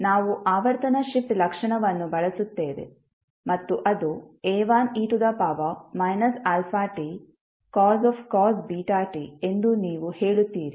ನಾವು ಆವರ್ತನ ಶಿಫ್ಟ್ ಲಕ್ಷಣವನ್ನು ಬಳಸುತ್ತೇವೆ ಮತ್ತು ಅದು A1e αtcos βt ಎಂದು ನೀವು ಹೇಳುತ್ತೀರಿ